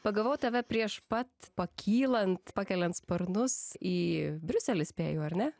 pagavau tave prieš pat pakylant pakeliant sparnus į briuselį spėju ar ne